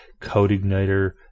CodeIgniter